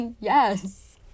Yes